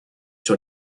sur